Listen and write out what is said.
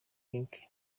link